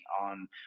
on